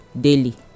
daily